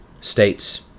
states